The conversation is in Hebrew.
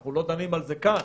אנחנו לא דנים על זה כאן,